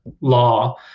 law